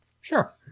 Sure